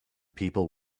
people